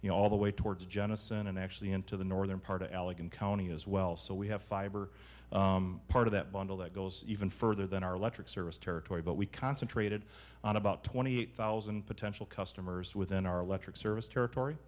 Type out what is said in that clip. you know all the way towards jenison and actually into the northern part of alec and county as well so we have fiber part of that bundle that goes even further than our electric service territory but we concentrated on about twenty eight thousand and potential customers within our electric service territory